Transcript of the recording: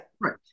Right